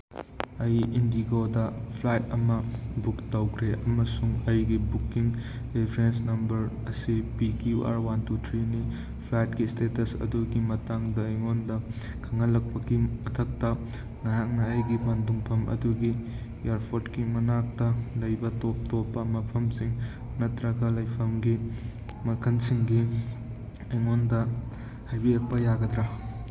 ꯑꯩ IndiGo flight ꯑꯃ book ꯇꯧꯈ꯭ꯔꯦ ꯑꯃꯁꯨꯡ ꯑꯩꯒꯤ ꯕꯨꯛꯀꯤꯡ ꯔꯤꯐ꯭ꯔꯦꯟꯁ ꯅꯝꯕꯔ ꯑꯁꯤ P Q R one two ꯊ꯭ꯔꯤꯅꯤ ꯐ꯭ꯂꯥꯏꯠꯀꯤ ꯏꯁꯇꯦꯇꯁ ꯑꯗꯨꯒꯤ ꯃꯇꯥꯡꯗ ꯑꯩꯉꯣꯟꯗ ꯈꯪꯍꯜꯂꯛꯄꯒꯤ ꯃꯊꯛꯇ ꯅꯍꯥꯛꯅ ꯑꯩꯒꯤ ꯄꯟꯊꯨꯡꯐꯝ ꯑꯗꯨꯒꯤ ꯏꯌꯔꯄꯣꯔꯠꯀꯤ ꯃꯅꯥꯛꯇ ꯂꯩꯕ ꯇꯣꯞ ꯇꯣꯞꯄ ꯃꯐꯝꯁꯤꯡ ꯅꯠꯇ꯭ꯔꯒ ꯂꯩꯐꯝꯒꯤ ꯃꯈꯜꯁꯤꯡꯒꯤ ꯑꯩꯉꯣꯟꯗ ꯍꯥꯏꯕꯤꯔꯛꯄ ꯌꯥꯒꯗ꯭ꯔ